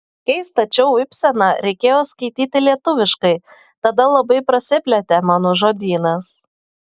kai stačiau ibseną reikėjo skaityti lietuviškai tada labai prasiplėtė mano žodynas